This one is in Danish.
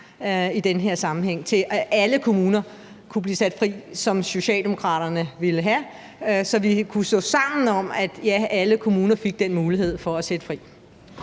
i den her sammenhæng sagde nej til, at alle kommuner kunne blive sat fri, som Socialdemokraterne ville have, så vi kunne stå sammen om, at, ja, alle kommuner fik den mulighed for at blive sat